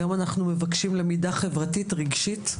היום אנחנו מבקשים למידה חברתית רגשית,